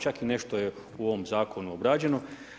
Čak i nešto je u ovom zakonu obrađeno.